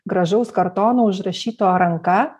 gražaus kartono užrašyto ranka